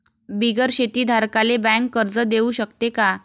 बिगर शेती धारकाले बँक कर्ज देऊ शकते का?